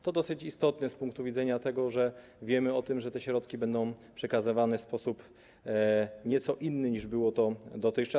To dosyć istotne z punktu widzenia tego, że wiemy o tym, iż te środki będą przekazywane w sposób nieco inny, niż było to dotychczas.